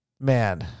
man